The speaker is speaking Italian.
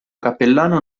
cappellano